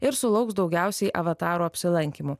ir sulauks daugiausiai avataro apsilankymų